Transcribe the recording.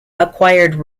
acquired